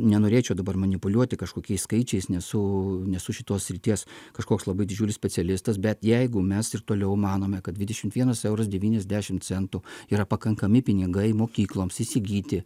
nenorėčiau dabar manipuliuoti kažkokiais skaičiais nesu nesu šitos srities kažkoks labai didžiulis specialistas bet jeigu mes ir toliau manome kad dvidešimt vienas euras devyniasdešim centų yra pakankami pinigai mokykloms įsigyti